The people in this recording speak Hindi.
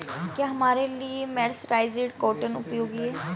क्या हमारे लिए मर्सराइज्ड कॉटन उपयोगी है?